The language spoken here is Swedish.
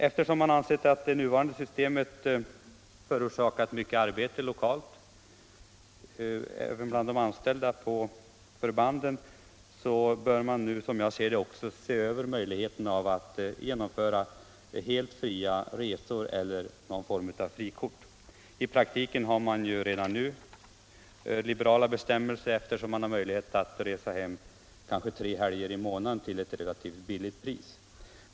Eftersom man ansett att det nuvarande systemet förorsakar mycket arbete lokalt bland de anställda på förbanden, bör man, som jag ser det, se över möjligheterna att genomföra helt fria resor eller att införa någon form av frikort. I praktiken har man ju redan nu liberala bestämmelser, eftersom de värnpliktiga har möjlighet att resa hem tre helger i månaden till ett relativt lågt pris.